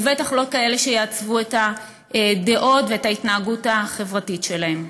ובטח לא כאלה שיעצבו את הדעות ואת ההתנהגות החברתית שלהם.